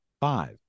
five